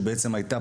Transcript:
שהייתה,